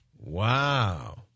Wow